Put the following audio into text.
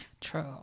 True